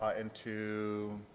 ah into